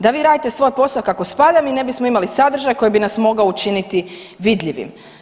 Da vi radite svoj posao kako spada, mi ne bismo imali sadržaj koji bi nas mogao učiniti vidljivim.